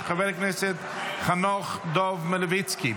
של חבר הכנסת חנוך דב מלביצקי,